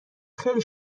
خیلی